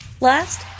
Last